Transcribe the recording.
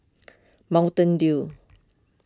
Mountain Dew